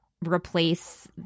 replace